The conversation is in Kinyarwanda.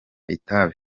itabi